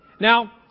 Now